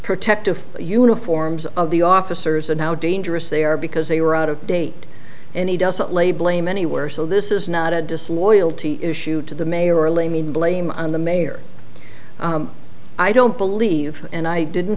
protective uniforms of the officers and how dangerous they are because they were out of date and he doesn't lay blame anywhere so this is not a disloyalty issue to the mayor a lame in blame on the mayor i don't believe and i didn't